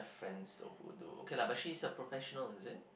friends though who do okay lah but she is a professional is it